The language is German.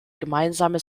gemeinsame